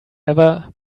ever